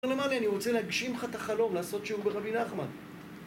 ולמעלה אני רוצה להגשים לך את החלום לעשות שיעור ברבי נחמן